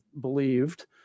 believed